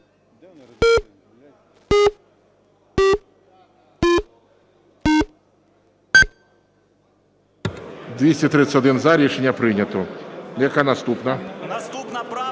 За-231 Рішення прийнято. Яка наступна?